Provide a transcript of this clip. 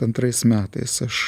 antrais metais aš